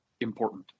important